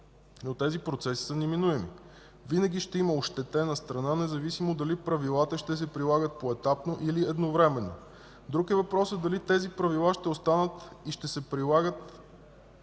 но тези процеси са неминуеми. Винаги ще има ощетена страна независимо дали правилата ще се прилагат поетапно или едновременно. Друг е въпросът дали тези правила ще останат и ще се прилагат